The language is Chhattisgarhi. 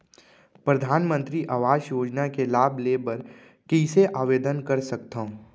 परधानमंतरी आवास योजना के लाभ ले बर कइसे आवेदन कर सकथव?